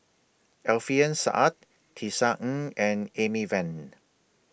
Alfian Sa'at Tisa Ng and Amy Van